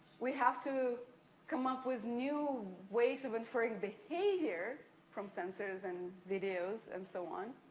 we have to come up with new ways of inferring behavior from sensors and videos and so on.